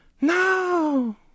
No